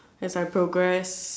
as I progress